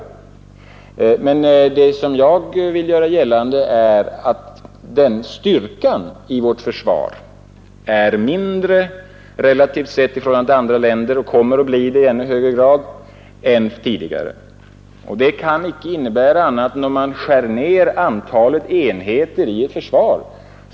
Vad jag vill göra gällande är att styrkan i vårt försvar nu är mindre sett i förhållande till andra länder än tidigare, och kommer att bli det i ännu högre grad. Det kan inte innebära annat än när man skär ned antalet enheter i ett försvar.